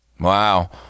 Wow